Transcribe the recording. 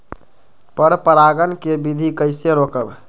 पर परागण केबिधी कईसे रोकब?